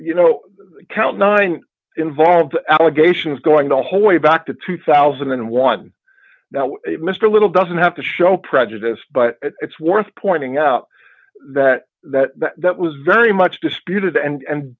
you know count nine involved allegations going to whole way back to two thousand and one that mr little doesn't have to show prejudice but it's worth pointing out that that that was very much disputed and